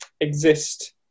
exist